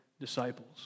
disciples